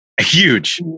Huge